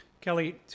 Kelly